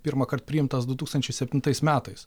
pirmąkart priimtas du tūkstančiai septintais metais